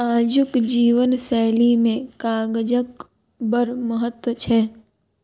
आजुक जीवन शैली मे कागजक बड़ महत्व छै